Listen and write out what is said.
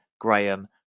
Graham